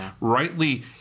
rightly